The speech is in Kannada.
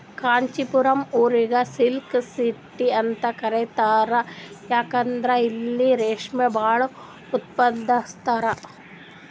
ಕಾಂಚಿಪುರಂ ಊರಿಗ್ ಸಿಲ್ಕ್ ಸಿಟಿ ಅಂತ್ ಕರಿತಾರ್ ಯಾಕಂದ್ರ್ ಇಲ್ಲಿ ರೇಶ್ಮಿ ಭಾಳ್ ಉತ್ಪಾದಸ್ತರ್